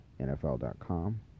NFL.com